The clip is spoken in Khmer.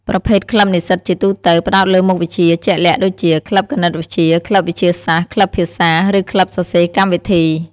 ប្រភេទក្លឹបនិស្សិតជាទូទៅ ផ្តោតលើមុខវិជ្ជាជាក់លាក់ ដូចជា ក្លឹបគណិតវិទ្យា ក្លឹបវិទ្យាសាស្ត្រ ក្លឹបភាសា ឬក្លឹបសរសេរកម្មវិធី។